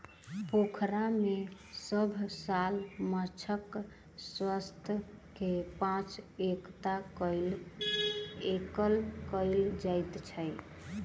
पोखैर में सभ साल माँछक स्वास्थ्य के जांच कएल जाइत अछि